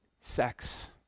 sex